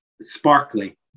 sparkly